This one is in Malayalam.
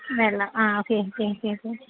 വെള്ളം ആ ഓക്കെ ഓക്കെ ഓക്കെ ഓക്കെ